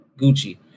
Gucci